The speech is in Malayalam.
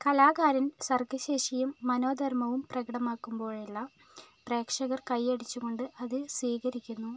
കലാകാരൻ സർഗ്ഗശേഷിയും മനോധർമ്മവും പ്രകടമാക്കുമ്പോഴെല്ലാം പ്രേക്ഷകർ കയ്യടിച്ചുകൊണ്ട് അത് സ്വീകരിക്കുന്നു